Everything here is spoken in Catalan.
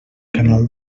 canal